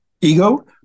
ego